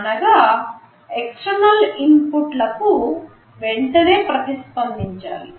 అనగా external input ల కువెంటనే ప్రతిస్పందించాలి